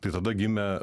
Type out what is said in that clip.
tai tada gimė